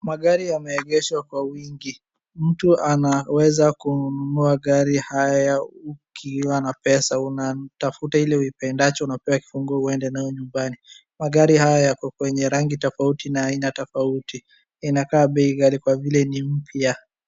Magari yameegeshwa kwa wingi. Mtu anaweza kununua gari haya ukiwa na pesa. Unatafuta ile uipendacho, unapewa kifunguo uende nayo nyumbani. Magari haya yako kwenye rangi tofauti na aina tofauti. Inakaa bei ghali kwa vile ni mpya.